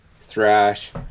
thrash